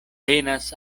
tenas